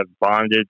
bonded